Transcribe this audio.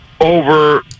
over